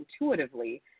intuitively